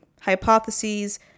hypotheses